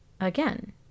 again